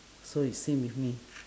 so is same with me